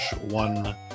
one